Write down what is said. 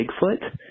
Bigfoot